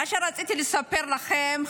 מה שרציתי לספר לכם,